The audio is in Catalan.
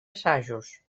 assajos